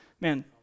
Man